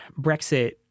Brexit